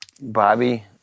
Bobby